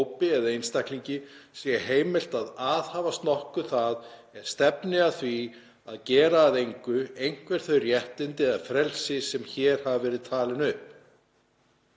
eða einstaklingi sé heimilt að aðhafast nokkuð það er stefni að því að gera að engu einhver þau réttindi eða frelsi sem hér hafa verið upp